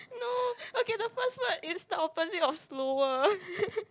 no okay the first word is the opposite of slower